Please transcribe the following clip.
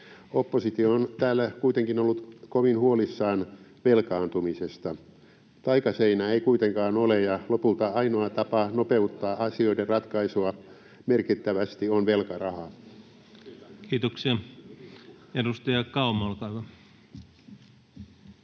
Oppositio on täällä kuitenkin ollut kovin huolissaan velkaantumisesta. Taikaseinää ei kuitenkaan ole, ja lopulta ainoa tapa nopeuttaa asioiden ratkaisua merkittävästi on velkaraha. [Speech 74] Speaker: Ensimmäinen